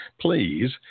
Please